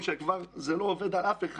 אז אני מבקש לכבד את המעמד ולדייק.